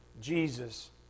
Jesus